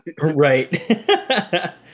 right